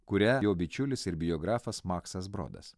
kurią jo bičiulis ir biografas maksas brodas